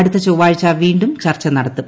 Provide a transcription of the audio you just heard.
അടുത്ത ചൊവ്വാഴ്ച വീണ്ടും ചർച്ച നടത്തും